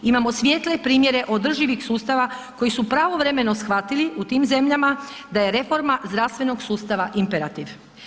Imamo svijetle primjere održivih sustava koji su pravovremeno shvatili u tim zemljama da je reforma zdravstvenog sustava imperativ.